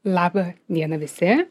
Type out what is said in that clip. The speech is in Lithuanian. labą dieną visi